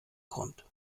kommt